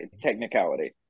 technicality